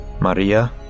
Maria